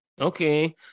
Okay